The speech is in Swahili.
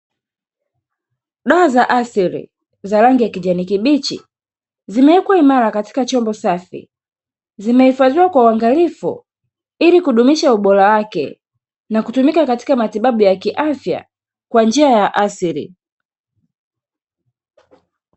Dawa za asili za rangi ya kijani kibichi zimewekwa imara katika chombo safi, zimehifadhiwa kwa uangalifu ili kudumisha ubora wake na kutumika katika matibabu ya kiafya kwa njia ya asili.